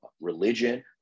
religion